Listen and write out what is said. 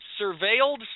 surveilled